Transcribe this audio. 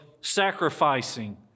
sacrificing